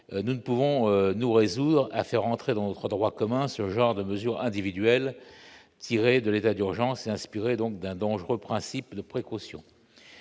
nous ne pouvons nous résoudre à faire entrer dans notre droit commun ce genre de mesures individuelles tiré de l'état d'urgence est inspiré, donc d'un dangereux le principe de précaution